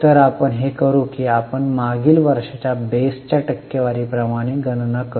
तर आपण हे करू की आपण मागील वर्षाच्या बेसच्या टक्केवारीप्रमाणे गणना करू